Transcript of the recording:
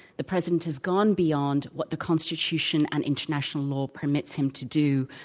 the president has gone beyond what the constitution and international law permits him to do.